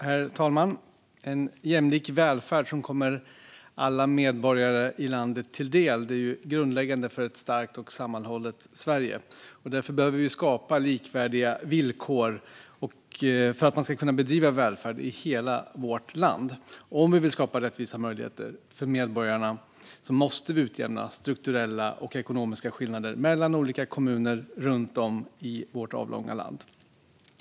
Herr talman! En jämlik välfärd som kommer alla medborgare i landet till del är grundläggande för ett starkt och sammanhållet Sverige. Därför behöver vi skapa likvärdiga villkor för att välfärd ska kunna bedrivas i hela vårt land. Om vi vill skapa rättvisa möjligheter för medborgarna måste vi utjämna strukturella och ekonomiska skillnader mellan olika kommuner runt om i vårt avlånga land.